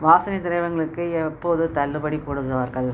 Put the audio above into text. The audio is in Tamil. வாசனை திரவியங்களுக்கு எப்போது தள்ளுபடி போடுவார்கள்